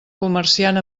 comerciant